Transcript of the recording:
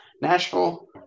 Nashville